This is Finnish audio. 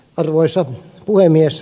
arvoisa puhemies